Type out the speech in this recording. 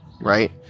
right